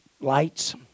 lights